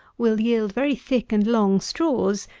will yield very thick and long straws,